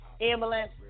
ambulance